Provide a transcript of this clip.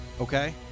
okay